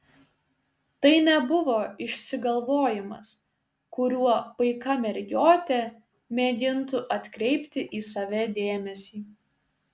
tai nebuvo išsigalvojimas kuriuo paika mergiotė mėgintų atkreipti į save dėmesį